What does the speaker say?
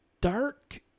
dark